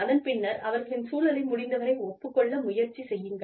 அதன் பின்னர் அவர்களின் சூழலை முடிந்தவரை ஒப்புக் கொள்ள முயற்சி செய்யுங்கள்